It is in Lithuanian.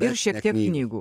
ir šiek tiek nygų